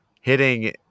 Hitting